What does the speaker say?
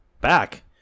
back